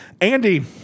Andy